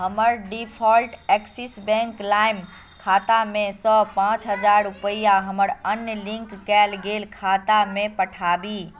हमर default Axis bank लाइम खातामे सँ पाँच हजार रुपैआ हमर अन्य लिंक कयल गेल खातामे पठाबी